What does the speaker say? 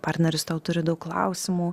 partneris tau turi daug klausimų